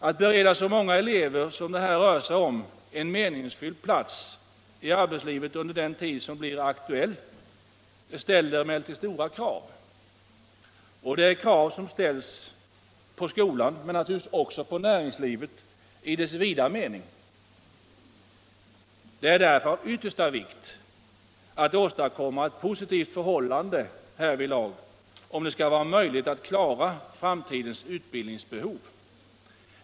Att bereda så många elever som det här rör sig om en meningsfylld plats i arbetslivet under den tid som blir aktuell ställer stora krav på skolan men naturligtvis också på näringslivet i vid mening. Det är av yttersta vikt att åstadkomma ett positivt förhållande härvidlag för att det skall vara möjligt att klara framtidens utbildningsbehov.